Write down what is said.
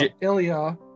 Ilya